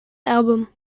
album